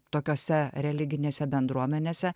tokiose religinėse bendruomenėse